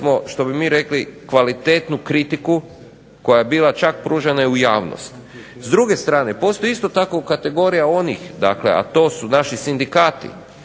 što bi mi rekli kvalitetnu kritiku koja je čak bila pružena u javnost. S druge strane, postoji isto tako kategorija onih, a to su naši sindikati